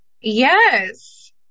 Yes